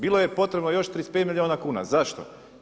Bilo je potrebno još 35 milijuna kuna, zašto?